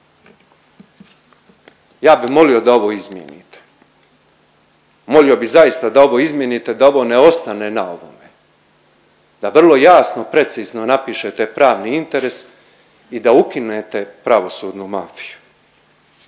Ja bi molio da ovo izmijenite. Molio bi zaista da ovo izmijenite da ovo ne ostane na ovome, da vrlo jasno precizno napišete pravni interes i da ukinete pravosudnu mafiju.